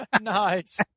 Nice